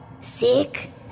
sick